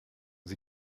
sie